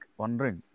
wondering